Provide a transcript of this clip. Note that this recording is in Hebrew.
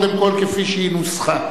קודם כול כפי שהיא נוסחה.